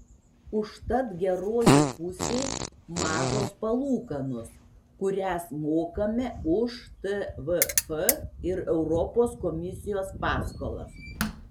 užtat geroji pusė mažos palūkanos kurias mokame už tvf ir europos komisijos paskolas